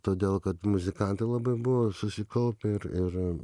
todėl kad muzikantai labai buvo susikaupę ir ir